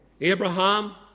Abraham